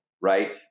Right